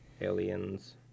Aliens